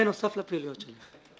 בנוסף לפעילות שלה המשטרה עושה עוד.